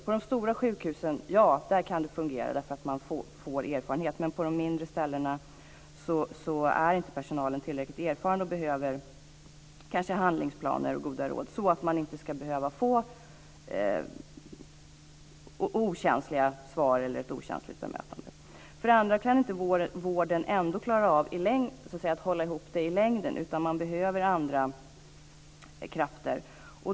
På de stora sjukhusen kan det fungera därför att man har erfarenhet, men på de mindre sjukhusen är inte personalen tillräckligt erfaren och behöver kanske handlingsplaner och goda råd, så att människor inte ska behöva få okänsliga svar eller ett okänsligt bemötande. En annan sak är att vården ändå inte kan klara av att hålla ihop det i längden, utan man behöver andra krafter.